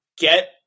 Get